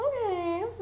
okay